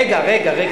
רגע, רגע.